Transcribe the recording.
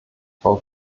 frau